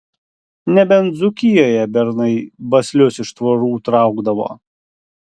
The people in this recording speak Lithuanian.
nebent dzūkijoje bernai baslius iš tvorų traukdavo